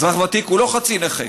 אזרח ותיק הוא לא חצי נכה.